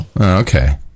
Okay